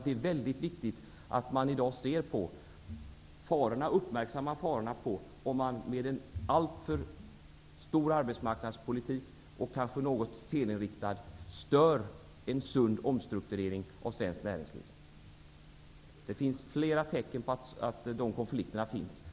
Det är viktigt att man i dag uppmärksammar farorna med att med en alltför omfattande och kanske något felinriktad arbetsmarknadspolitik störa en sund omstrukturering av svenskt näringsliv. Det finns flera tecken på att sådana konflikter finns.